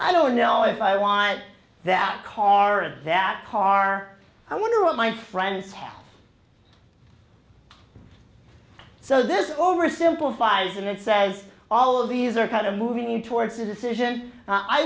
i don't know if i want that car or that car i wonder what my friends have so this oversimplifies and it says all of these are kind of moving towards a decision i